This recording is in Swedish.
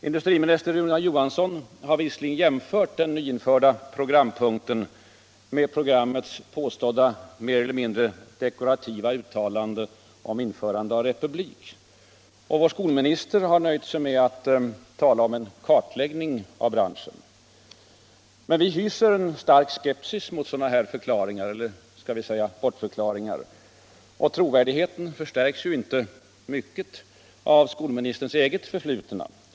Industriminister Rune Johansson har visserligen jämfört den nyinförda programpunkten med programmets påstådda mer eller mindre ”dekorativa” uttalande om införande av republik och vår skolminister har nöjt sig med att tala om en ”kartläggning” av branschen, men vi hyser en stark skepsis mot sådana förklaringar, eller skall vi säga bortförklaringar. Och trovärdigheten förstärks ju inte mycket av skolministerns eget förflutna.